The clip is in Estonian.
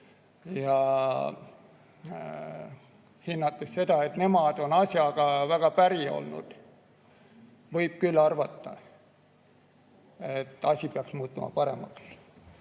ja hinnates seda, et nemad on asjaga väga päri olnud, siis võib arvata, et asi peaks muutuma paremaks.